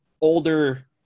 older